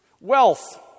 wealth